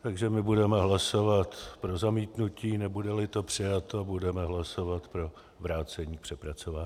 Takže my budeme hlasovat pro zamítnutí, nebudeli to přijato, budeme hlasovat pro vrácení k přepracování.